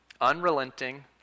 unrelenting